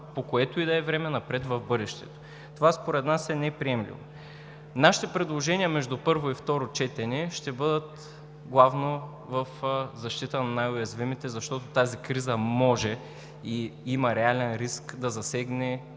по което и да е време напред в бъдещето. Това според нас е неприемливо. Нашите предложения между първо и второ четене ще бъдат главно в защита на най-уязвимите, защото тази криза може и има реален риск да засегне